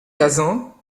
kazan